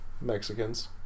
Mexicans